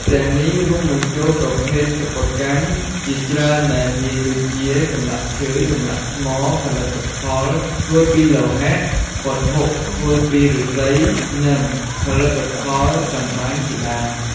ទាំងនេះរួមបញ្ចូលប្រភេទសិប្បកម្មជាច្រើនដែលមានដូចជា ចម្លាក់ឈើ ចម្លាក់ថ្ម ផលិតផលធ្វើពីលោហៈ វត្ថុធ្វើពីឫស្សី និងផលិតផលតម្បាញជាដើម។